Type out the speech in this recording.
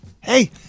Hey